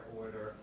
order